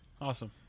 awesome